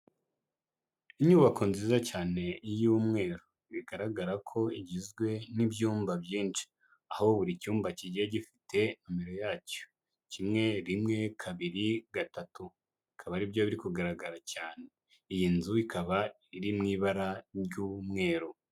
Inyubako nziza cyane y'umweru bigaragara ko igizwe n'ibyumba byinshi, aho buri cyumba kigiye gifite nimero yacyo, kimwe rimwe, kabiri, gatatu bikaba aribyo biri kugaragara cyane. Iyi nzu ikaba iri mu ibara ry'umweru.